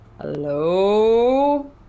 Hello